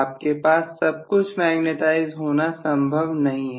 आपके पास सब कुछ मैग्नेटाइज होना संभव नहीं है